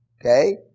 Okay